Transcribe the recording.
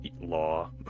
law